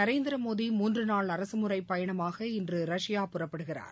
நரேந்திர மோடி மூன்று நாள் அரசுமுறை பயணமாக இன்று ரஷ்யா புறப்படுகிறார்